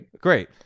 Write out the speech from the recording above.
Great